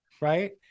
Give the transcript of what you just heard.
right